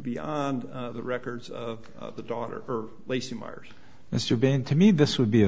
beyond the records of the daughter lacey myers as you've been to me this would be